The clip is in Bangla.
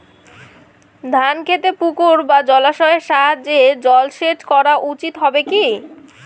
ধান খেতে পুকুর বা জলাশয়ের সাহায্যে জলসেচ করা উচিৎ হবে কি?